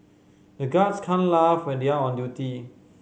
the guards can't laugh when they are on duty